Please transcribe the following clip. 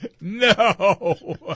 No